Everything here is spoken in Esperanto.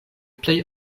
plej